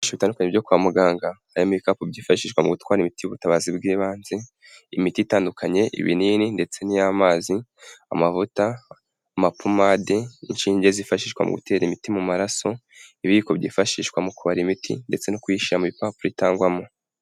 Ibikoresho bitandukanye byo kwa muganga harimo ibikapu byifashishwa mu gutwara imiti ubutabazi bw'ibanze, imiti itandukanye ,ibinini ndetse niy'amazi ,amavuta ,amapomade ,inshinge zifashishwa mu gutera imiti mu maraso ,ibiyiko byifashishwa mu kubara imiti ndetse no kuyishyira mu ipapuro itangwamo.